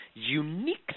Unique